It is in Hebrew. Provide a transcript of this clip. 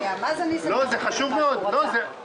חשוב מאוד על נושא הרווחה.